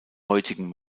heutigen